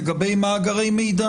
לגבי מאגרי מידע?